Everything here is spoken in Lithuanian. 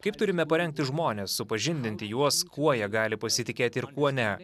kaip turime parengti žmones supažindinti juos kuo jie gali pasitikėti ir kuo ne